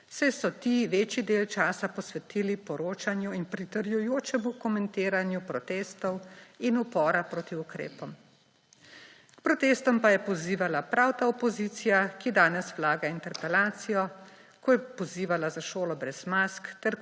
saj so ti večji del časa posvetili poročanju in pritrjujočem komentiranju protestov in upora proti ukrepom. K protestom pa je pozivala prav ta opozicija, ki danes vlaga interpelacijo, ko je pozivala za šolo brez mask, ter